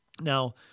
Now